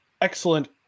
excellent